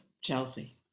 Chelsea